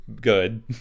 good